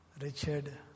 Richard